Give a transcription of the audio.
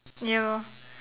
ya